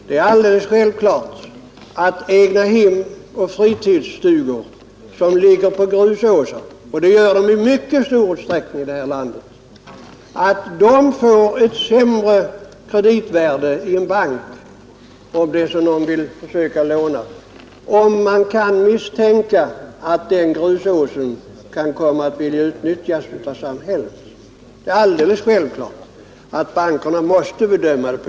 Det är alldeles självklart att egnahem och fritidsstugor som ligger på grusåsar — och det gör de i mycket stor utsträckning i detta land — får ett sämre kreditvärde i en bank om det kan misstänkas att samhället vill utnyttja grusåsen. Så måste naturligtvis bankerna bedöma det.